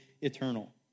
eternal